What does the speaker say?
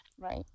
Right